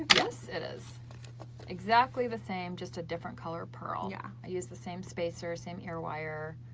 yes, it is exactly the same just a different color pearl. yeah i used the same spacer, same ear wire.